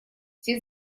все